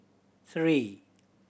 three